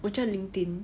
我觉得 linkedin